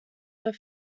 were